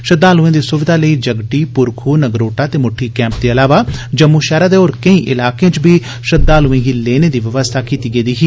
श्रद्वाल्एं दी स्विधा लेई जगटी प्रखू नगरोटा ते मुद्दी कैम्प दे इलावा जम्मू शैहरै दे होर केंई इलाकें च बी श्रद्वालूएं गी लेने दी व्यवस्था कीती गेदी ही